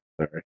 Sorry